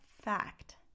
fact